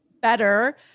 better